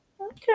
Okay